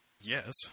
Yes